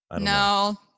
No